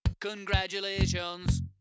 Congratulations